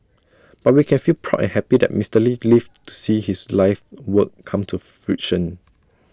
but we can feel proud and happy that Mister lee lived to see his life's work come to fruition